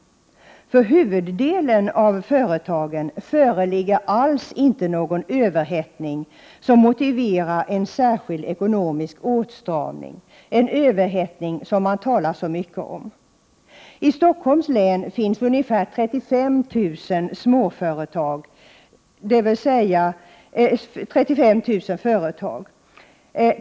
För huvuddelen av företagen föreligger alls ingen överhettning som motiverar en särskild ekonomisk åtstramning, trots att man talar så mycket om överhettning. I Stockholms län finns 35 000 företag.